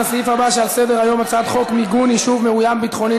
לסעיף הבא שעל סדר-היום: הצעת חוק מיגון יישוב מאוים ביטחונית,